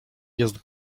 jest